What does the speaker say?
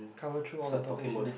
cover through all the topics here